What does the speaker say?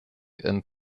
and